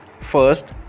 first